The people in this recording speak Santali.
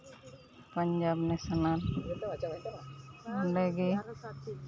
ᱱᱮᱥᱮᱱᱮᱞ ᱚᱸᱰᱮᱜᱮ